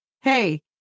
hey